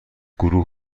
گروه